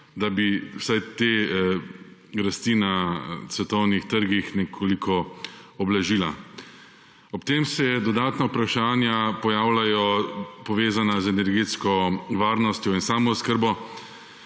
da bi vsaj te rasti na svetovnih trgih nekoliko ublažila? Ob tem se pojavljajo dodatna vprašanja, povezana z energetsko varnostjo in samooskrbo.